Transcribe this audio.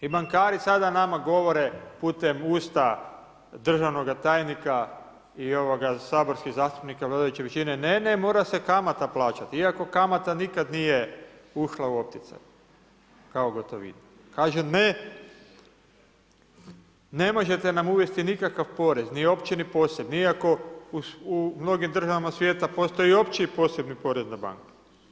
I bankari sada nama govore putem usta državnoga tajnika i saborskih zastupnika vladajuće većine ne, ne, mora se kamata plaćati iako kamata nikad nije ušla u opticaj kao gotovina, kaže ne, ne možete nam uvesti nikakav porez, ni opći, ni posebni, iako u mnogim državama svijeta postoji i opći i posebni porez na banku.